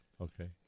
Okay